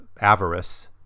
avarice